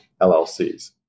LLCs